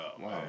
wow